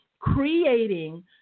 creating